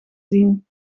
zien